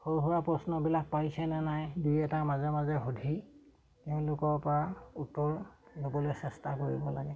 সৰু সুৰা প্ৰশ্নবিলাক পাৰিছেনে নাই দুই এটা মাজে মাজে সুধি তেওঁলোকৰপৰা উত্তৰ ল'বলৈ চেষ্টা কৰিব লাগে